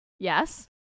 yes